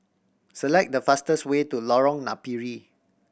select the fastest way to Lorong Napiri